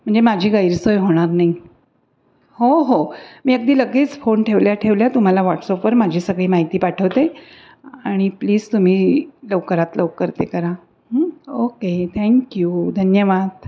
म्हणजे माझी गैरसोय होणार नाही हो हो मी अगदी लगेच फोन ठेवल्या ठेवल्या तुम्हाला व्हॉट्सअपवर माझी सगळी माहिती पाठवते आणि प्लीज तुम्ही लवकरात लवकर ते करा ओके थँक्यू धन्यवाद